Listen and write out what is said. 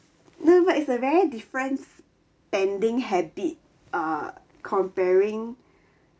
no but is a very different spending habit uh comparing